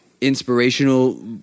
Inspirational